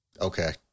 Okay